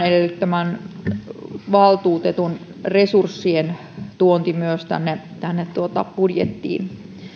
edellyttämän valtuutetun resurssien tuonti myös tänne tänne budjettiin